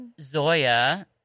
Zoya